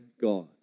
God